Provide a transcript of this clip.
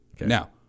Now